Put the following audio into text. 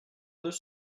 deux